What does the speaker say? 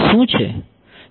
તે શુ છે